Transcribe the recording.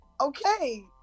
okay